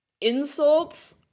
Insults